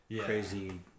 crazy